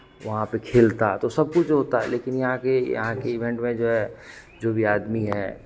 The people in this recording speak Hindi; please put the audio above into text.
वहाँ पे खेलता तो सब कुछ जो होता है लेकिन यहाँ के यहाँ के इवेंट में जो है जो भी आदमी है